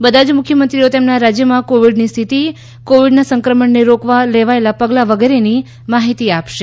બધા જ મુખ્યમંત્રીઓ તેમના રાજ્યમાં કોવિડની સ્થિતિ કોવિડના સંક્રમણને રોકવા લેવાયેલા પગલાં વગેરેની માહિતી આપશે